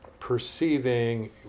perceiving